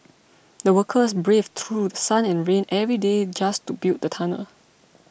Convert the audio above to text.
the workers braved through sun and rain every day just to build the tunnel